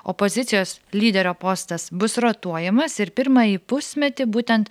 opozicijos lyderio postas bus rotuojamas ir pirmąjį pusmetį būtent